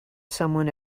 someone